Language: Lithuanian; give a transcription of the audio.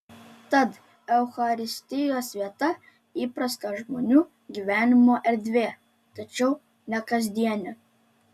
tad eucharistijos vieta įprasta žmonių gyvenimo erdvė tačiau ne kasdienė